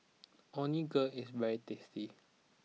Onigiri is very tasty